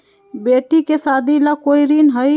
बेटी के सादी ला कोई ऋण हई?